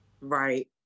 Right